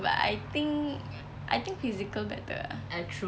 but I think I think physical better ah